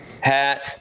Hat